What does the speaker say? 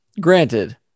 Granted